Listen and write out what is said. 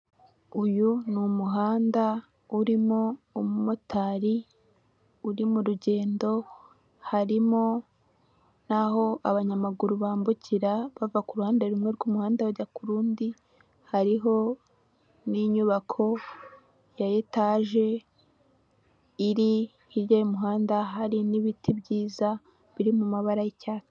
Uyu ni umuhanda urimo umumotari uri mu rugendo, harimo n'aho abanyamaguru bambukira bava ku ruhande rumwe rw'umuhanda bajya ku rundi, hariho n'inyubako ya etaje iri hirya y'umuhanda, hari n'ibiti byiza biri mu mabara y'icyatsi.